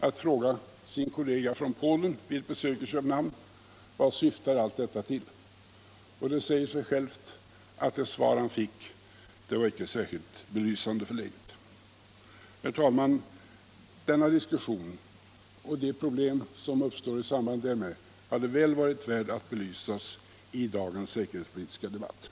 att fråga sin kollega från Polen vid dennes besök i Köpenhamn vad allt detta syftade till. Det säger sig självt att det svar han fick icke var särskilt upplysande. Herr talman! Denna diskussion och de problem som uppstår i samband därmed hade varit väl värda att belysas i dagens säkerhetspolitiska debatt.